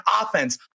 offense